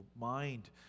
mind